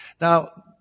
Now